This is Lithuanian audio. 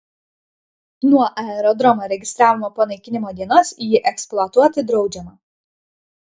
nuo aerodromo registravimo panaikinimo dienos jį eksploatuoti draudžiama